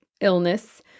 illness